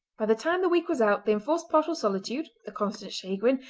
by the time the week was out the enforced partial solitude, the constant chagrin,